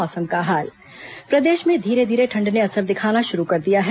मौसम प्रदेश में धीरे धीरे ठंड ने असर दिखाना शुरू कर दिया है